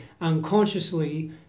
unconsciously